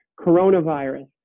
coronavirus